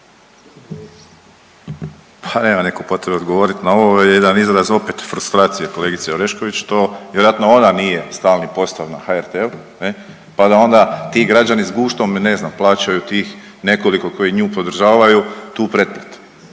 Pa nemam neku potrebu odgovorit na ovo. Ovo je jedan izraz opet frustracije kolegice Orešković, to vjerojatno ona nije stalni postav na HRT-u ne, pa da onda ti građani s guštom ne znam plaćaju tih nekoliko koji nju podržavaju to pretplatu.